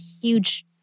huge